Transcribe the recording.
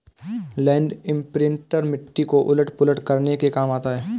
land imprinter मिट्टी को उलट पुलट करने के काम आता है